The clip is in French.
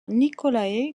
nicolae